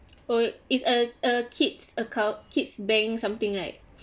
mm it's a a kid's account kids bank something right